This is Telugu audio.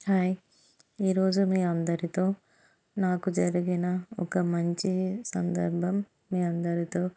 హాయ్ ఈరోజు మీ అందరితో నాకు జరిగిన ఒక మంచి సందర్భం మీ అందరితో